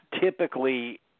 typically